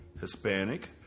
Hispanic